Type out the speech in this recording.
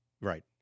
right